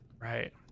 right